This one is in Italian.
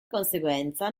conseguenza